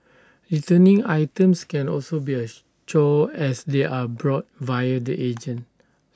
returning items can also be A chore as they are bought via the agent